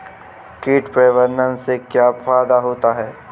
कीट प्रबंधन से क्या फायदा होता है?